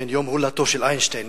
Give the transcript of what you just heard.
יום הולדתו של איינשטיין,